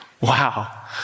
wow